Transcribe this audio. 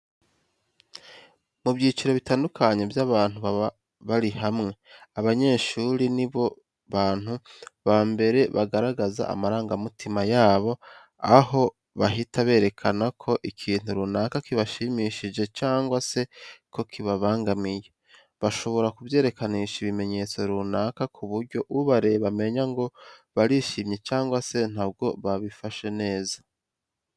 Mu byiciro bitandukanye by'abantu baba bari hamwe, abanyeshuri nibo bantu ba mbere bagaragaza amarangamutima yabo aho bahita berekana ko ikintu runaka kibashimishije cyangwa se ko kibabangamiye. Bashobora kubyerekanisha ibimenyetso runaka ku buryo ubareba amenya ngo barishimye cyangwa se ntabwo babifashe neza.